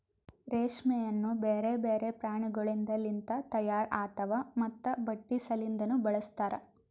ರೇಷ್ಮೆಯನ್ನು ಬ್ಯಾರೆ ಬ್ಯಾರೆ ಪ್ರಾಣಿಗೊಳಿಂದ್ ಲಿಂತ ತೈಯಾರ್ ಆತಾವ್ ಮತ್ತ ಬಟ್ಟಿ ಸಲಿಂದನು ಬಳಸ್ತಾರ್